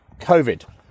COVID